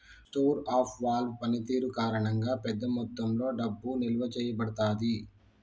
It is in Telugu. స్టోర్ ఆఫ్ వాల్వ్ పనితీరు కారణంగా, పెద్ద మొత్తంలో డబ్బు నిల్వ చేయబడతాది